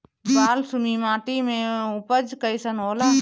बालसुमी माटी मे उपज कईसन होला?